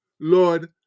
Lord